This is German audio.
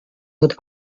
wird